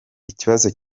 ikibazo